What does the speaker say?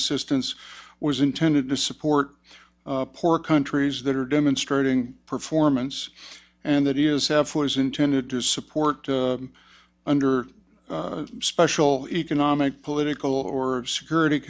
assistance was intended to support poor countries that are demonstrating performance and that is half was intended to support under special economic political or security